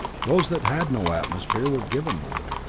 those that had no atmosphere were given one.